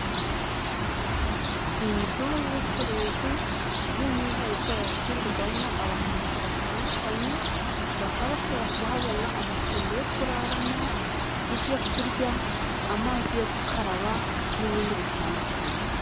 Inzu y'ubucuruzi by'umwihariko yakirirwamo abashyitsi batandukanye. Bakaba bashobora kuhabona amacumbi yo kuraramo, ibyo kurya, amazi yo gukaraba, n'ibindi bitandukanye.